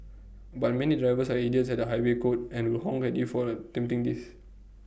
but many drivers are idiots at the highway code and will honk at you for attempting this